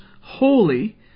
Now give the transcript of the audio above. holy